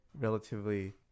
relatively